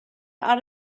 out